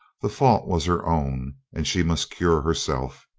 the fault was her own, and she must cure herself.